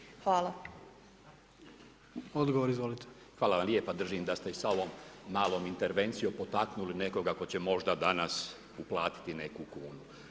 Hvala vam lijepa držim da ste s ovom malom intervencijom potaknuli nekoga tko će možda danas uplatiti neku kunu.